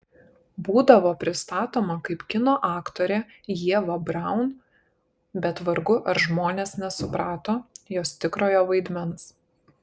būdavo pristatoma kaip kino aktorė ieva braun bet vargu ar žmonės nesuprato jos tikrojo vaidmens